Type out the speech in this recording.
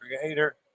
creator